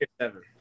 seven